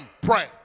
pray